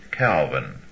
Calvin